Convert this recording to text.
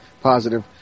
positive